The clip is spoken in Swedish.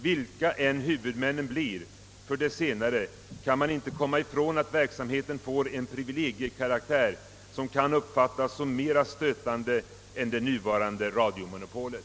Vilka än huvudmännen blir för det senare, kan man inte komma ifrån att verksamheten får en privilegiekaraktär som kan uppfattas som mera stötande än det nuvarande radiomonopolet.